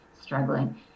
struggling